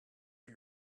est